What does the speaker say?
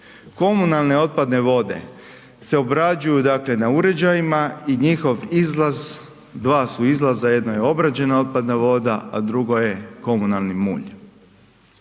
Komunalne otpadne vode se obrađuju dakle na uređajima i njihov izlaz, 2 su izlaza, jedno je obrađena otpadna voda, a drugo je komunalni mulj.